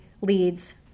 leads